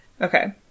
Okay